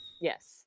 Yes